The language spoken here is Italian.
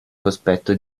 cospetto